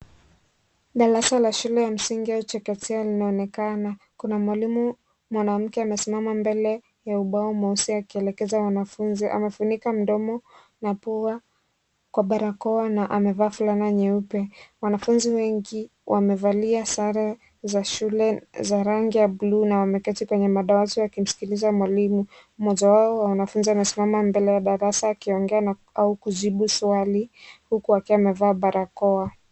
Darasa ya shule ya chekechea linaonekana kuna mwalimu mwanamke amesimama mbele ya ubao mweusi akielekea wanafunzi akifunika mdomo na pua kwa barakoa na amevaa vesti kama nyeupe, wanafunzi wengi wamevalia sare za shule za rangi ya bluu na wameketi kwenye madawati wakimsikiliza mwalimu mmoja wao mwanaafunzi amesimama mbele ya darasa akiongea na au kujibu swali huku akiwa amevaa barakoa.